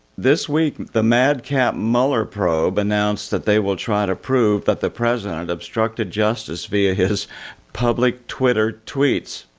this week, the madcap mueller probe announced that they will try to prove that the president obstructed justice via his public twitter tweets.